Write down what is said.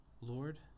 Lord